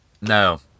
No